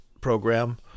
program